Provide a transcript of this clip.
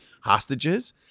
hostages